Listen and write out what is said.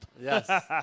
Yes